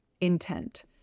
intent